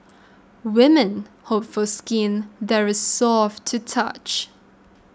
women hope for skin that is soft to touch